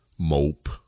mope